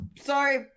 sorry